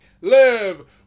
Live